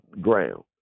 ground